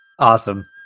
Awesome